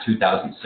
2006